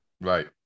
Right